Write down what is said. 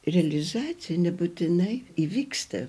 realizacija nebūtinai įvyksta